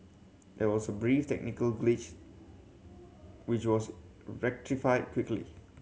there was a brief technical glitch which was rectified quickly